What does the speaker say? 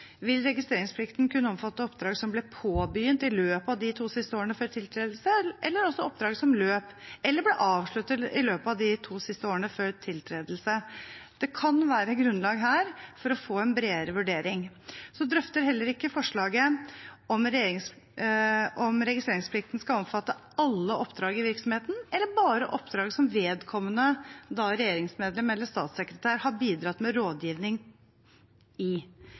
Vil registreringsplikten kunne omfatte oppdrag som ble påbegynt i løpet av de to siste årene før tiltredelse, eller også oppdrag som løp eller ble avsluttet i løpet av de to siste årene før tiltredelse? Det kan her være grunnlag for å få en bredere vurdering. Forslaget drøfter heller ikke om registreringsplikten skal omfatte alle oppdrag i virksomheten eller bare oppdrag der vedkommende regjeringsmedlem eller statssekretær har bidratt med rådgivning.